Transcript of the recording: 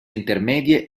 intermedie